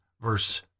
verse